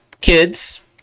kids